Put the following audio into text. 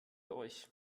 euch